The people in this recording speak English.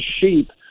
sheep